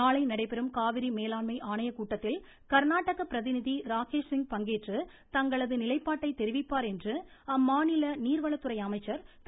நாளை நடைபெறும் காவிரி மேலாண்மை ஆணைய கூட்டத்தில் கா்நாடக பிரதிநிதி ராக்கேஷ் சிங் பங்கேற்று தங்களது எதிர்ப்பை தெரிவிப்பார் என்று அம்மாநில நீர்வளத்துறை அமைச்சர் திரு